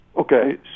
Okay